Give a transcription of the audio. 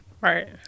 Right